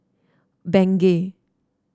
bengay